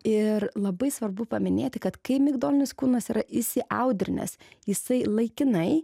ir labai svarbu paminėti kad kai migdolinis kūnas yra įsiaudrinęs jisai laikinai